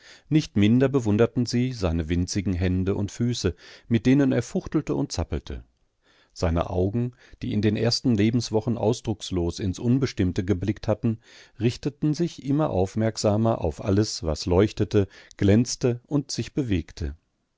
nicht minder bewunderten sie seine winzigen hände und füße mit denen er fuchtelte und zappelte seine augen die in den ersten lebenswochen ausdruckslos ins unbestimmte geblickt hatten richteten sich immer aufmerksamer auf alles was leuchtete glänzte und sich bewegte